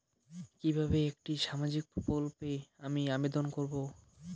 কিভাবে একটি সামাজিক প্রকল্পে আমি আবেদন করব?